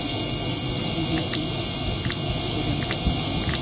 B J P Bharatiya Janata party